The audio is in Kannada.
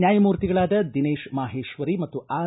ನ್ಯಾಯಮೂರ್ತಿಗಳಾದ ದಿನೇಶ್ ಮಾಹೇಶ್ವರಿ ಮತ್ತು ಆರ್